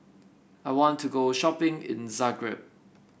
I want to go shopping in Zagreb